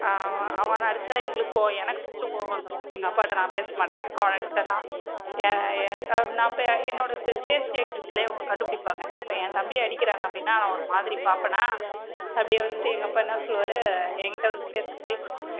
அவனை அடிச்சால் எங்களுக்கு கோ எனக்கு ஃபஸ்ட்டு கோவம் வந்துரும் எங்கள் அப்பாகிட்ட நான் பேசமாட்டேன் அவனை அடிச்சார்னா நான் பேச என்னோடய ஃபேஸ் ரியாக்ஷன்ஸ்லே அவங்க கண்டுபிடிப்பாங்க இப்போ என் தம்பியை அடிக்கிறாங்கள் அப்படின்னா நான் ஒரு மாதிரி பார்ப்பனா அப்படியே வந்து எங்கள் அப்பா என்னா சொல்லுவாரு என் கிட்ட வந்து பேச ட்ரை பண்ணுவாரு